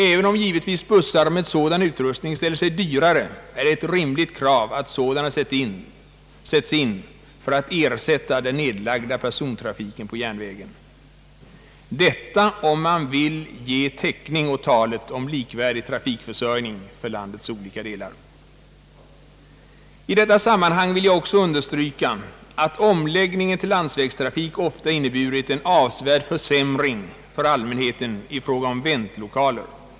Även om bussar med sådan utrustning givetvis ställer sig dyrare är det ett rimligt krav att sådana sätts in för att ersätta den nedlagda persontrafiken på järnvägen — detta om man vill ge täckning åt talet om likvärdig trafikförsörjning för landets olika delar. I detta sammanhang vill jag också understryka att omläggningen till lands vägstrafik ofta inneburit en avsevärd försämring för allmänheten i fråga om väntlokaler.